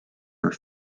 where